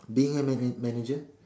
being a manage~ manager